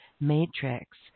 matrix